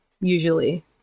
usually